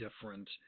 different